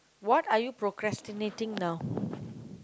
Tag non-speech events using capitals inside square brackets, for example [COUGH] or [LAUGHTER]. what are you procrastinating now [BREATH]